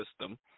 system